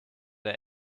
der